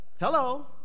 Hello